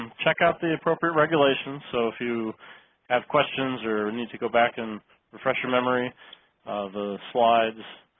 check out the appropriate regulation so if you have questions or need to go back and refresh your memory of the slides.